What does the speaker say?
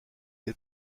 des